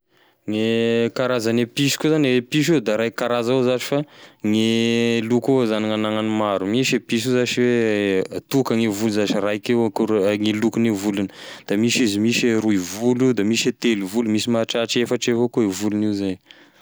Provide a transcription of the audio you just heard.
Gne karazane piso koa zany, e piso io da raiky karaza avao zany fa gne loko io zany gn'anagnany maro, misy e piso io zash hoe tokany e volo zsh raiky avao gne kole- gne lokogne volony da misy izy misy e roy volo, da misy e telovolo da misy mahatratry efatry avao koa e volony io zay.